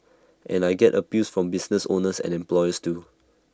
and I get appeals from business owners and employers too